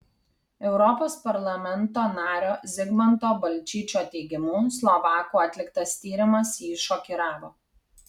europos parlamento nario zigmanto balčyčio teigimu slovakų atliktas tyrimas jį šokiravo